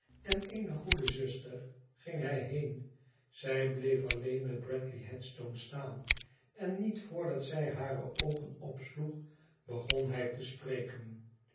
en eene goede zuster ging hij heen zij bleef alleen met bradley headstone staan en niet voordat zij hare oogen opsloeg begon hij te spreken